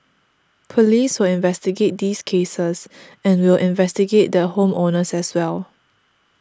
police will investigate these cases and we'll investigate the home owners as well